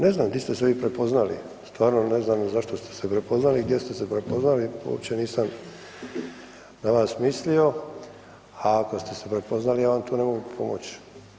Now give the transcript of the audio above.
Ne znam gdje ste se vi prepoznali, stvarno ne znam zašto ste se prepoznali i gdje ste se prepoznali, uopće nisam na vas mislio, a ako ste se prepoznali ja vam tu ne mogu pomoći.